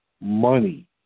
money